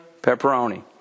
Pepperoni